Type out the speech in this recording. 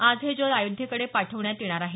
आज हे जल आयोध्येकडे पाठवण्यात येणार आहे